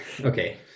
Okay